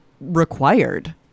required